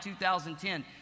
2010